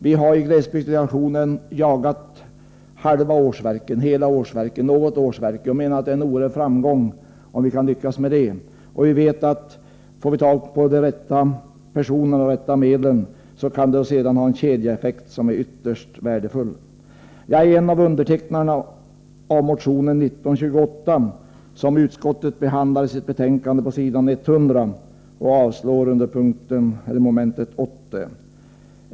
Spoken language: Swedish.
Vi har i glesbygsdelegationen jagat halva och hela årsverken och menar att det är en oerhörd framgång om man kan lyckas med detta. Vi vet, att om man får tag i de rätta personerna och de rätta medlen, kan det bli en kedjeeffekt som är ytterst värdefull. Jag är en av undertecknarna av motion 1928 som utskottet behandlar i sitt betänkande på s. 100 och avslår under mom. 80.